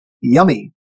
Yummy